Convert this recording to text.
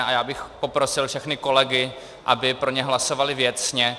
A já bych poprosil všechny kolegy, aby pro ně hlasovali věcně.